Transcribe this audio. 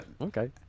Okay